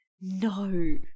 No